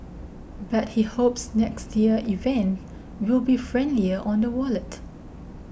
but he hopes next year's event will be friendlier on the wallet